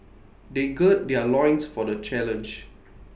they gird their loins for the challenge